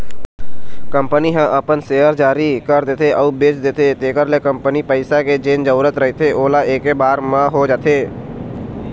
company ह अपन share जारी कर देथे अउ बेच देथे तेखर ले कंपनी ल पइसा के जेन जरुरत रहिथे ओहा ऐके बार म हो जाथे